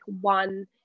one